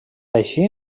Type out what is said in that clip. així